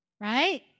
right